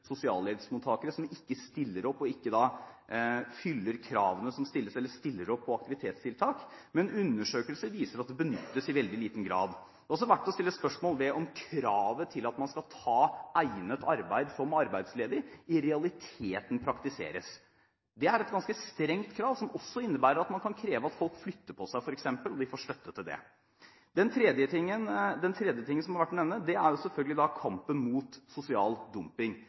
sosialhjelpsmottakere som ikke fyller kravene som stilles, eller som ikke stiller opp på aktivitetstiltak, men undersøkelser viser at det benyttes i veldig liten grad. Det er også verdt å stille spørsmål ved om kravet til at man skal ta egnet arbeid som arbeidsledig i realiteten praktiseres. Det er et ganske strengt krav som også innebærer at man f.eks. kan kreve at folk flytter på seg, og at de får støtte til det. Den tredje tingen som er verdt å nevne, er selvfølgelig kampen mot sosial dumping.